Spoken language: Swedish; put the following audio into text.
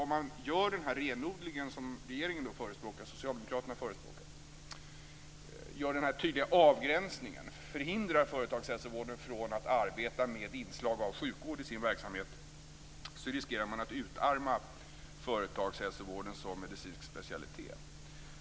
Om den renodling görs som regeringen och Socialdemokraterna förespråkar - om man alltså gör en tydlig avgränsning och förhindrar företagshälsovården att arbeta med inslag av sjukvård i sin verksamhet - riskerar man att utarma företagshälsovården som medicinsk specialitet.